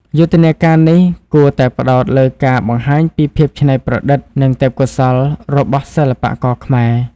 យុទ្ធនាការនេះគួរតែផ្តោតលើការបង្ហាញពីភាពច្នៃប្រឌិតនិងទេពកោសល្យរបស់សិល្បករខ្មែរ។